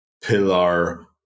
pillar